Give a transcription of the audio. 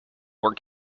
were